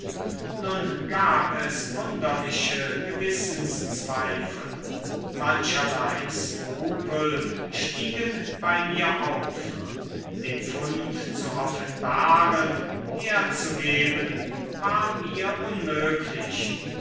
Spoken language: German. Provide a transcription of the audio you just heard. nun gab es wunderliche gewissenszweifel mancherlei skrupel stiegen bei mir auf den fund zu offenbaren herzugeben war mir unmöglich